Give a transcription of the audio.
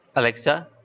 alexa,